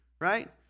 right